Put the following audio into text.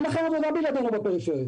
אין לכם עבודה בלעדינו בפריפריה,